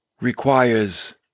requires